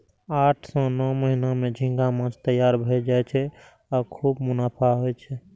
आठ सं नौ महीना मे झींगा माछ तैयार भए जाय छै आ खूब मुनाफा होइ छै